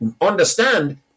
understand